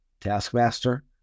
Taskmaster